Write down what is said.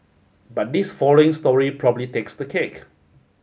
but this following story probably takes the cake